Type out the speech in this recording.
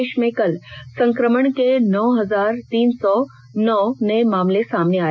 देश में कल संक्रमण के नौ हजार तीन सौ नौ नये मामले सामने आए